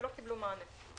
ולא קיבלו מענה,